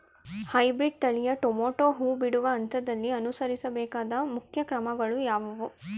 Hybrid ತಳಿಯ tomato ಹೂ ಬಿಡುವ ಹಂತದಲ್ಲಿ ಅನುಸರಿಸಬೇಕಾದ ಮುಖ್ಯ ಕ್ರಮಗಳು ಯಾವುವು?